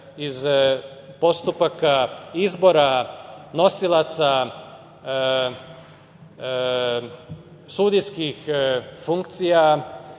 iz postupaka izbora nosilaca sudijskih funkcija